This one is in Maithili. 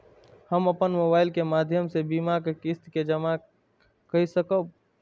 हम अपन मोबाइल के माध्यम से बीमा के किस्त के जमा कै सकब?